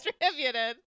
distributed